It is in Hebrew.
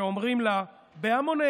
שאומרים לה בהמוניהם: